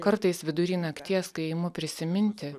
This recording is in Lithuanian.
kartais vidury nakties kai imu prisiminti